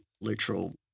literal